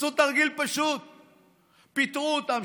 עשו תרגיל פשוט פיטרו אותם,